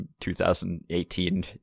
2018